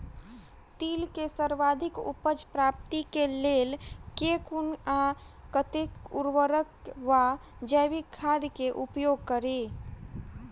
तिल केँ सर्वाधिक उपज प्राप्ति केँ लेल केँ कुन आ कतेक उर्वरक वा जैविक खाद केँ उपयोग करि?